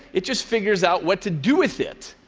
it just figures out what to do with it.